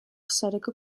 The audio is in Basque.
sareko